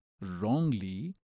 wrongly